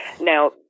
Now